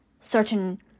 certain